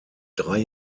drei